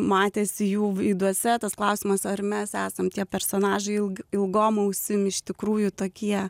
matėsi jų veiduose tas klausimas ar mes esam tie personažai ilgom ausim iš tikrųjų tokie